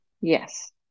Yes